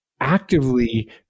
actively